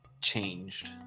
changed